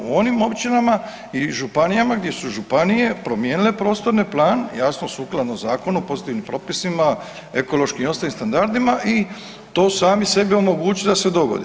U onim općinama i županijama gdje su županije promijenile Prostorni plan, jasno sukladno Zakonu, postojećim propisima, ekološkim i ostalim standardima i to sami sebi omogućili da se dogodi.